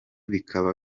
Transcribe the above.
bikaba